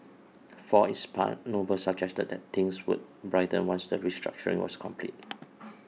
for its part Noble suggested that things would brighten once the restructuring was complete